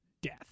death